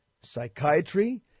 psychiatry